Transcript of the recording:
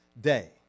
day